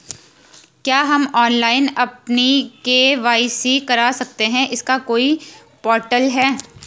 क्या हम ऑनलाइन अपनी के.वाई.सी करा सकते हैं इसका कोई पोर्टल है?